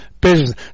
business